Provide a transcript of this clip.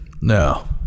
no